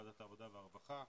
ועדת העבודה והרווחה,